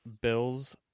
Bills